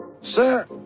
Sir